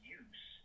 use